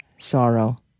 Sorrow